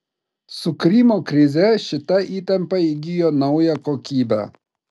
su krymo krize šita įtampa įgijo naują kokybę